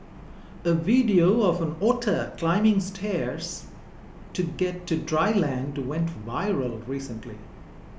a video of an otter climbing stairs to get to dry land to went viral recently